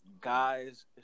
guys